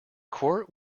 court